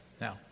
Now